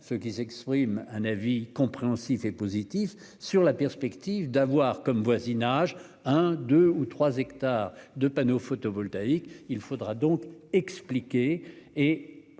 un avis, rarement compréhensif et positif, sur la perspective d'avoir comme voisinage un, deux, voire trois hectares de panneaux photovoltaïques. Il faudra donc expliquer et